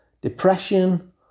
depression